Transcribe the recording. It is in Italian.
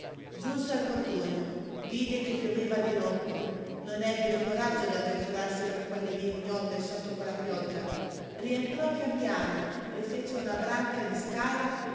giunse al portone vide che pioveva a dirotto non ebbe il coraggio d'avventurarsi per quelle vie ignote sotto quella pioggia rientrò pian piano rifece una branca di scala